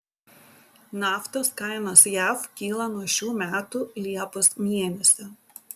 naftos kainos jav kyla nuo šių metų liepos mėnesio